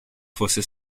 fosse